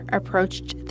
approached